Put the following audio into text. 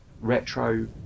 retro